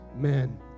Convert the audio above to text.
Amen